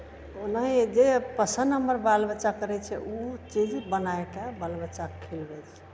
ओ नहि जे पसन्द हमर बाल बच्चा करै छै ओ चीज बनाए कऽ बाल बच्चाकेँ खिलबै छियै